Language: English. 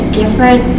different